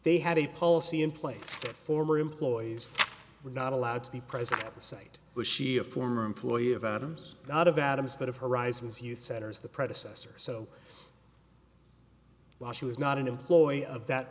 they had a policy in place that former employees were not allowed to be present at the site was she a former employee of atoms of atoms but of horizons youth centers the predecessor so while she was not an employee of that